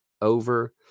over